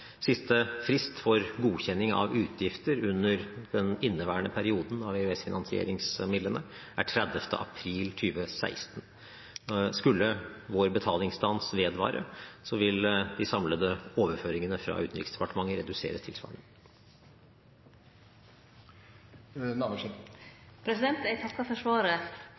Siste frist for godkjenning av utgifter under den inneværende perioden av EØS-finansieringsmidlene er 30. april 2016. Skulle vår betalingsstans vedvare, vil de samlede overføringene fra Utenriksdepartementet reduseres tilsvarende. Eg takkar for svaret.